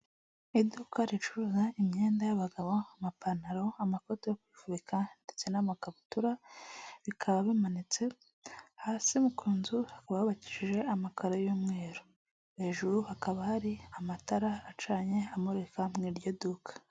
Iduka ricuruza imyenda y'abagabo: amapantaro, amakoti yo kwifubika, ndetse n'amakabutura bikaba bimanitse hasi ku nzu, haba hubakishiije amakaro y'umweru, hejuru hakaba hari amatara acanye amurika mu iryo duka.